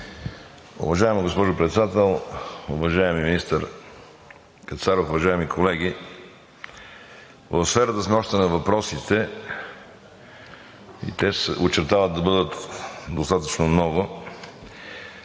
Уважаема госпожо Председател, уважаеми министър Кацаров, уважаеми колеги! В сферата сме още на въпросите и се очертава те да бъдат достатъчно много.